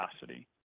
capacity